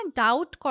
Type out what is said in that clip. doubt